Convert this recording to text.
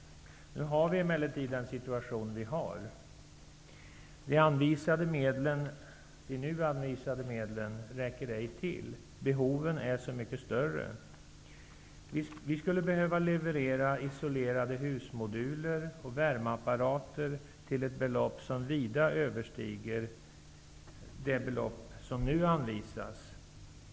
Nu har vi den situation vi har. De nu anvisade medlen räcker inte till. Behoven är så mycket större. Vi skulle behöva leverera isolerade husmoduler och värmeapparater till ett belopp som vida överstiger det belopp som nu anvisas.